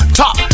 top